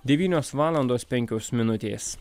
devynios valandos penkios minutės